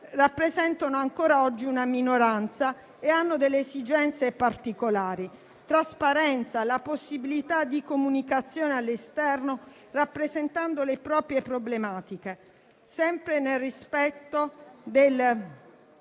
rappresentano ancora oggi una minoranza e hanno esigenze particolari), nonché la trasparenza e la possibilità di comunicazione all'esterno, rappresentando le proprie problematiche, sempre nel rispetto dei